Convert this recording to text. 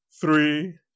three